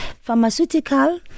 Pharmaceutical